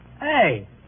Hey